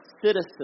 citizens